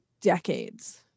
decades